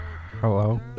hello